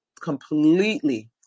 completely